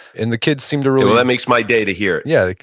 and the kids seem to really well, that makes my day to hear yeah. like